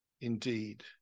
indeed